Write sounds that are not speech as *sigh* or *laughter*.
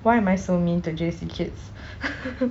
why am I so mean to J_C kids *noise*